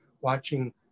watching